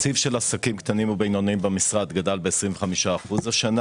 התקציב של עסקים קטנים ובינוניים במשרד גדל ב-25% השנה